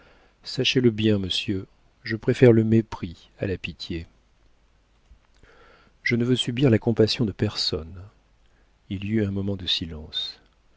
sachez-le bien monsieur je préfère le mépris à la pitié je ne veux subir la compassion de personne il y eut un moment de silence